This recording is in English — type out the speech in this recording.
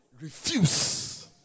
refuse